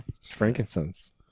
frankincense